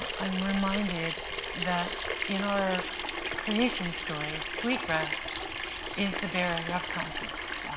ah i'm reminded that in our creation story, sweetgrass is the bearer of kindness.